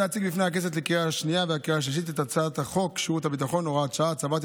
הצעת חוק שירות ביטחון (הוראת שעה) (הצבת